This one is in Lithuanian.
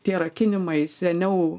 tie rakinimai seniau